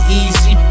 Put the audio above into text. easy